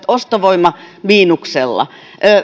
ostovoima miinuksella